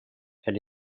elle